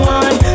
one